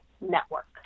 network